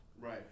Right